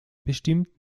bestimmt